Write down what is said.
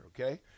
okay